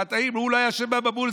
החטאים, הוא לא היה אשם במבול.